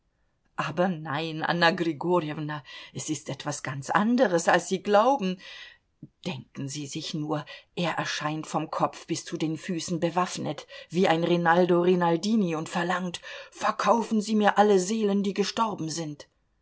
aber nein anna grigorjewna es ist etwas ganz anderes als sie glauben denken sie sich nur er erscheint vom kopf bis zu den füßen bewaffnet wie ein rinaldo rinaldini und verlangt verkaufen sie mir alle seelen die gestorben sind